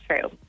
true